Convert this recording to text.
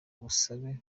busabe